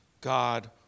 God